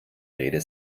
rede